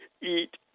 eat